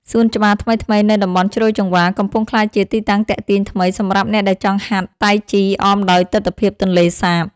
សួនច្បារថ្មីៗនៅតំបន់ជ្រោយចង្វារ កំពុងក្លាយជាទីតាំងទាក់ទាញថ្មីសម្រាប់អ្នកដែលចង់ហាត់តៃជីអមដោយទិដ្ឋភាពទន្លេសាប។